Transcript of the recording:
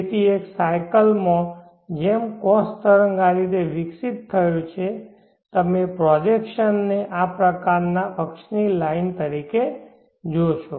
તેથી એક સાયકલ માં જેમ cos તરંગ આ રીતે વિકસિત થયો છે તમે પ્રોજેકશન ને આ અક્ષ પરની લાઇન તરીકે જોશો